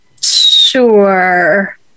sure